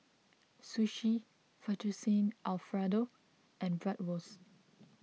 Sushi Fettuccine Alfredo and Bratwurst